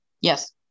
Yes